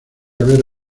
haber